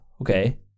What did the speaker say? Okay